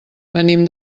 venim